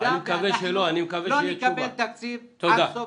במידה ואנחנו לא נקבל תקציב עד סוף, החודש.